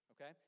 okay